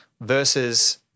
versus